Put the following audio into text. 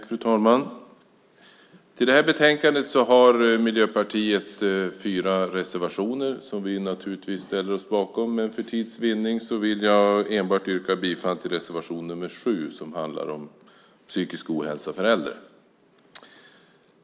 Fru talman! Till detta betänkande har Miljöpartiet fyra reservationer som vi naturligtvis ställer oss bakom. Men för tids vinnande yrkar jag bifall enbart till reservation nr 7 som handlar om psykisk ohälsa hos äldre.